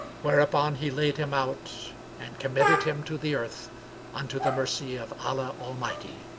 whereupon he laid him out and committed him to the earth unto the mercy of allah almighty.